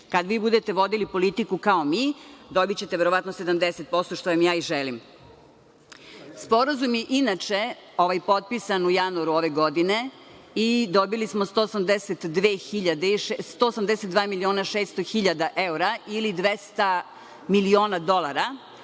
Kad vi budete vodili politiku kao mi dobićete verovatno 70% što vam ja i želim. Sporazum je inače, potpisan u januaru ove godine i dobili smo 182 miliona i 600 hiljada eura ili 200 miliona dolara,